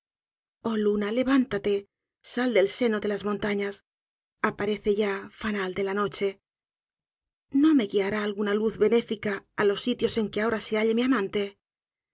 oh luna levántate sal del seno de las montañas aparece ya fanal de la noche no me guiará alguna luz benéfica á los sitios en que ahora se halle mi amante